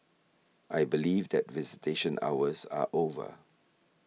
I believe that visitation hours are over